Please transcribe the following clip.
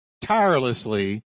tirelessly